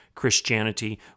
Christianity